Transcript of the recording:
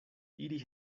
iri